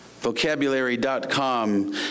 Vocabulary.com